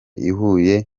ihuye